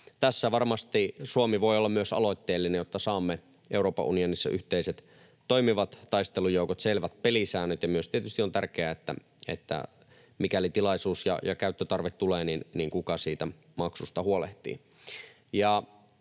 Tässä varmasti Suomi voi olla myös aloitteellinen, jotta saamme Euroopan unionissa yhteiset toimivat taistelujoukot ja selvät pelisäännöt, ja tietysti myös, mikäli tilaisuus ja käyttötarve tulee, se on tärkeää, kuka siitä maksusta huolehtii.